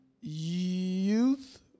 youth